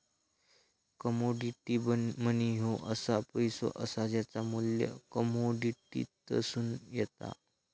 commodity money ह्यो असो पैसो असा ज्याचा मू्ल्य कमोडिटीतसून येता